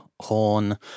Horn